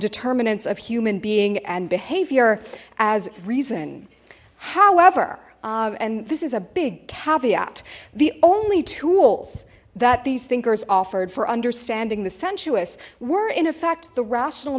determinants of human being and behavior as reason however and this is a big caveat the only tools that these thinkers offered for understanding the sensuous were in effect the rational